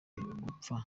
gupfa